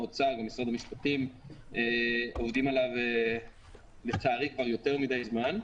האוצר ומשרד המשפטים עובדים עליו לצערי כבר יותר מידי זמן.